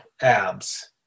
abs